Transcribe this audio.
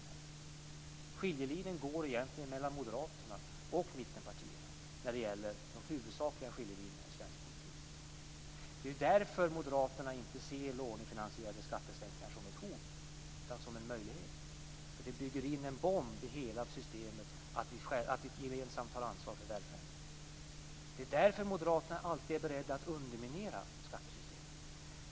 De huvudsakliga skiljelinjerna i svensk politik går egentligen mellan Moderaterna och mittenpartierna. Det är därför Moderaterna inte ser lånefinansierade skattesänkningar som ett hot utan som en möjlighet. Det bygger in en bomb i hela det system som innebär att vi gemensamt tar ansvar för välfärden. Det är därför Moderaterna alltid är beredda att underminera skattesystemet.